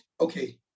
okay